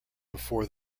before